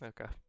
Okay